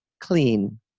clean